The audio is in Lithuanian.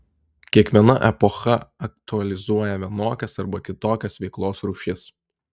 kiekviena epocha aktualizuoja vienokias arba kitokias veiklos rūšis